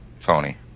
Tony